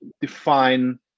define